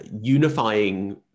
unifying